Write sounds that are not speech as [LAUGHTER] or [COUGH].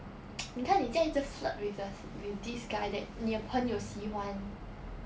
[NOISE] 你看你这样一直 flirt with the with this guy that 你的朋友喜欢